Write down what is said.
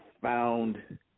found